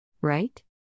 Right